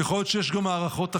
יכול להיות שיש גם הערכות אחרות.